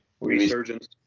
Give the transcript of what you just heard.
resurgence